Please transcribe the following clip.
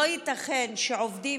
לא ייתכן שעובדים